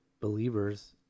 believers